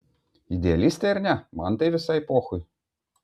idealistė ar ne man tai visai pochui